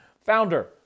founder